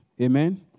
Amen